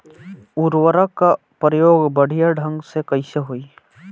उर्वरक क प्रयोग बढ़िया ढंग से कईसे होई?